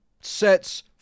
sets